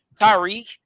Tyreek